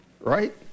Right